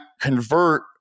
convert